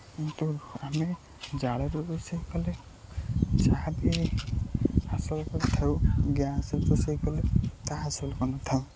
କିନ୍ତୁ ଆମେ ଜାଳରୁ ରୋଷେଇ କଲେ ଯାହା ବି ହାସଲ କରିଥାଉ ଗ୍ୟାସ୍ରେ ରୋଷେଇ କଲେ ତାହା ହାସଲ କରିନଥାଉ